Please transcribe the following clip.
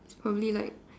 probably like